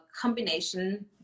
combination